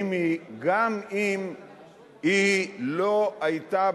גם אם היא לא היתה,